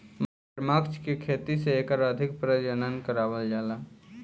मगरमच्छ के खेती से एकर अधिक प्रजनन करावल जाला